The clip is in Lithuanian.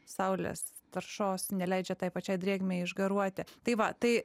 saulės taršos neleidžia tai pačiai drėgmei išgaruoti tai va tai